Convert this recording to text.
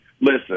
Listen